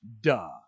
Duh